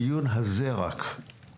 הדיון הזה ננעל.